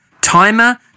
timer